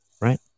right